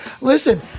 Listen